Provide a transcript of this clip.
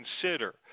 consider